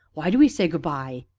why do ee say good-by?